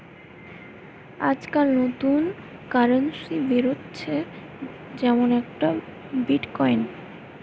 আজকাল নতুন কারেন্সি বেরাচ্ছে যেমন একটা বিটকয়েন